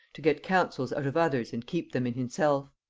to get counsels out of others and keep them in himself.